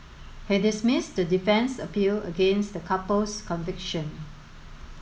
he dismissed the defence appeal against the couple's conviction